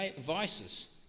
vices